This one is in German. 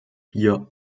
hier